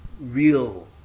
real